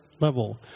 level